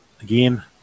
again